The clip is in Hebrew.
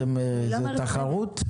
זה תחרות?